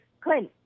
Clint